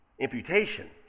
Imputation